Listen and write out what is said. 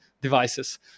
devices